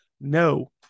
No